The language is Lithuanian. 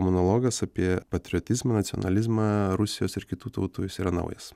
monologas apie patriotizmą nacionalizmą rusijos ir kitų tautų jis yra naujas